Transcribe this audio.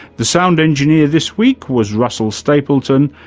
the sound engineer this week was russell stapleton.